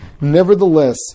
Nevertheless